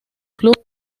club